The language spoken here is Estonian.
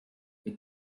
kuid